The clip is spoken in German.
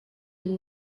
dem